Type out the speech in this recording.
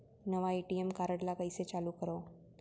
नवा ATM card ल कइसे चालू करव?